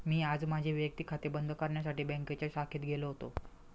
मी आज माझे वैयक्तिक खाते बंद करण्यासाठी बँकेच्या शाखेत गेलो होतो